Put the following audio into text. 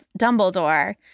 Dumbledore